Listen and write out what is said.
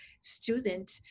student